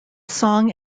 song